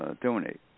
donate